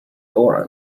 door